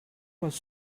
was